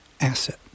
asset